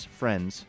friends